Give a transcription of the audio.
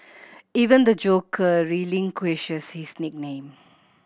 even the Joker relinquishes his nickname